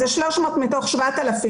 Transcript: אז זה 300 מתוך 7,000,